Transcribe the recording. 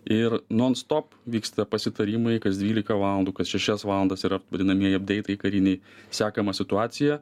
ir non stop vyksta pasitarimai kas dvylika valandų kas šešias valandas yra vadinamieji apdeitai kariniai sekama situacija